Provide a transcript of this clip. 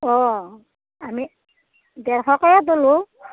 অ আমি ডেৰশকৈয়ে তোলোঁ